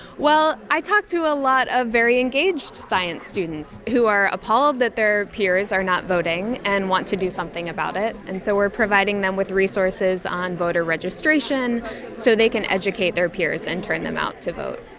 well, i talk to a lot of very engaged science students who are appalled that their peers are not voting and what to do something about it. and so we are providing them with resources on voter registration so they can educate their peers and turn them out to vote.